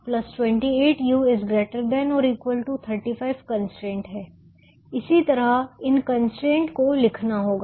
तो 3X128u ≥ 35 constraint है इसी तरह इन कंस्ट्रेंट को लिखना होगा